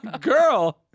girl